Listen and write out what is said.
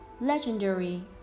Legendary